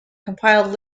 compiled